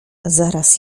zaraz